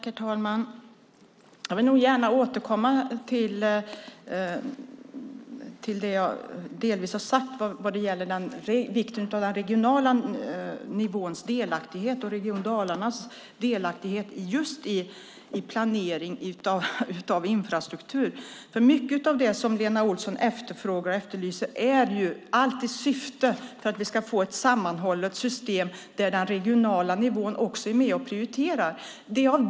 Herr talman! Jag vill gärna återkomma till vikten av den regionala nivåns och Region Dalarnas delaktighet i planeringen av infrastruktur. Syftet är att vi ska få ett sammanhållet system där den regionala nivån också är med och prioriterar.